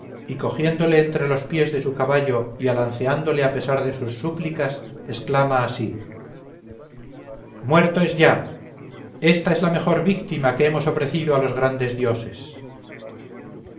y cogiéndole entre los pies de su caballo y alanceándole a pesar de sus súplicas exclama así muerto es ya esta es la mejor víctima que hemos ofrecido a los grandes dioses